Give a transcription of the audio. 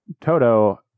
Toto